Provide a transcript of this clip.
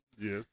yes